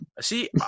See